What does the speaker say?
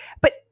but-